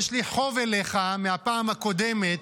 יש לי חוב אליך מהפעם הקודמת.